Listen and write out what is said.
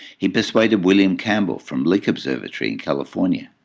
he persuaded william campbell from lick observatory in california,